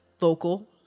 vocal